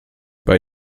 bei